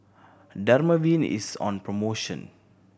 Dermaveen is on promotion